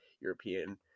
European